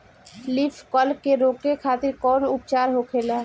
Leaf curl के रोके खातिर कउन उपचार होखेला?